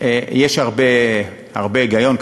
יש הרבה היגיון,